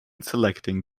selecting